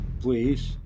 please